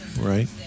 right